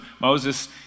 Moses